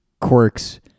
quirks